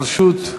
אם אפשר,